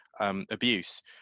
Abuse